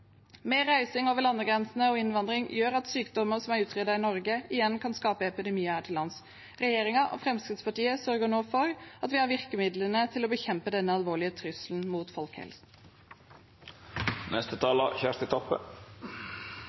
Mer reising over landegrensene og innvandring gjør at sykdommer som er utryddet i Norge, igjen kan skape epidemier her til lands. Regjeringen og Fremskrittspartiet sørger nå for at vi har virkemidlene til å bekjempe denne alvorlige trusselen mot